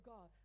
God